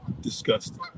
disgusting